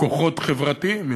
"כוחות חברתיים",